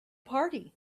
party